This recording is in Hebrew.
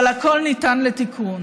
אבל הכול ניתן לתיקון.